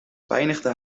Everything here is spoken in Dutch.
pijnigde